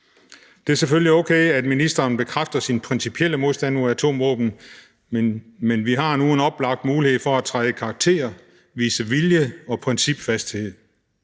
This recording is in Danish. Det er selvfølgelig okay, at ministeren bekræfter sin principielle modstand mod atomvåben, men vi har nu en oplagt mulighed for at træde i karakter, vise vilje og principfasthed.